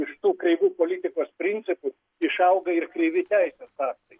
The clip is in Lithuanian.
iš tų kreivų politikos principų išauga ir kreivi teisės aktai